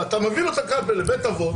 לא מדובר בבתי אבות